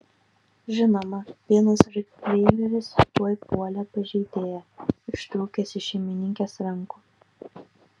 žinoma vienas rotveileris tuoj puolė pažeidėją ištrūkęs iš šeimininkės rankų